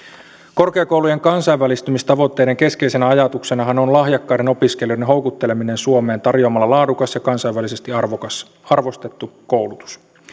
korkeakoulujen kansainvälistymistavoitteiden keskeisenä ajatuksenahan on lahjakkaiden opiskelijoiden houkutteleminen suomeen tarjoamalla laadukas ja kansainvälisesti arvostettu koulutus